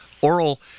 oral